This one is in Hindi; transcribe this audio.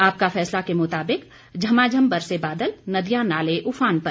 आपका फैसला के मुताबिक झमाझम बरसे बादल नदियां नाले उफान पर